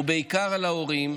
ובעיקר על ההורים,